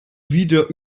wieder